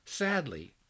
Sadly